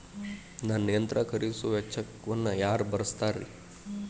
ನನ್ನ ಯಂತ್ರ ಖರೇದಿಸುವ ವೆಚ್ಚವನ್ನು ಯಾರ ಭರ್ಸತಾರ್?